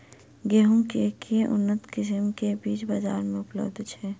गेंहूँ केँ के उन्नत किसिम केँ बीज बजार मे उपलब्ध छैय?